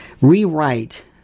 rewrite